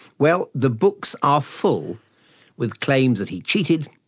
well, the books are full with claims that he cheated,